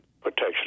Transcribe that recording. protection